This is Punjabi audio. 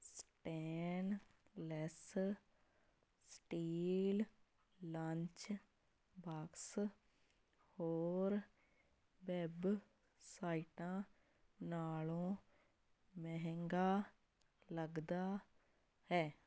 ਸਟੈਨਲੈੱਸ ਸਟੀਲ ਲੰਚ ਬਾਕਸ ਹੋਰ ਵੈੱਬਸਾਈਟਾਂ ਨਾਲੋਂ ਮਹਿੰਗਾ ਲੱਗਦਾ ਹੈ